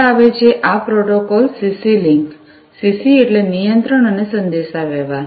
આગળ આવે છે આ પ્રોટોકોલ સીસી લિંક સીસી એટલે નિયંત્રણ અને સંદેશાવ્યવહાર